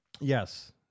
Yes